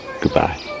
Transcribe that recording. Goodbye